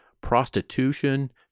prostitution